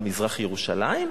על מזרח-ירושלים?